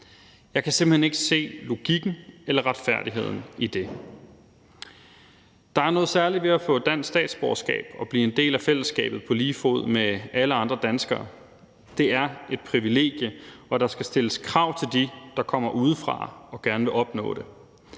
Jeg kan simpelt hen ikke se logikken eller retfærdigheden i det. Der er noget særligt ved at få et dansk statsborgerskab og blive en del af fællesskabet på lige fod med alle andre danskere. Det er et privilegium, og der skal stilles krav til dem, der kommer udefra og gerne vil opnå det.